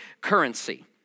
currency